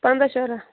پَنٛداہ شُراہ